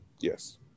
yes